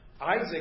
Isaac